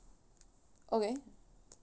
okay